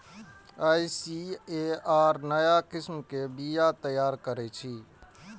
ICAR नया किस्म के बीया तैयार करै छै